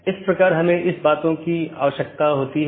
यह कनेक्टिविटी का तरीका है